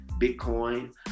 Bitcoin